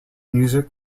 music